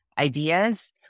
ideas